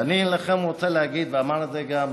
ואני לכם רוצה להגיד, אמר את זה גם